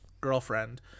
girlfriend